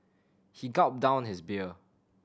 he gulped down his beer